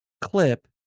clip